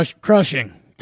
Crushing